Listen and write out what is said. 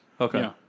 Okay